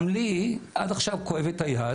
גם לי עד עכשיו כואבת היד.